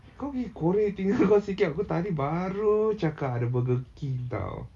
kau pergi korek telinga kau sikit aku tadi baru cakap ada burger king [tau]